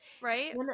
Right